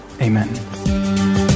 Amen